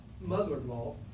mother-in-law